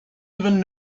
even